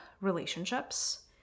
relationships